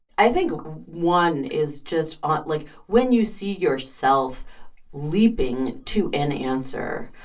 i think one is just, ah like, when you see yourself leaping to an answer,